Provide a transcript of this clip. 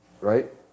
Right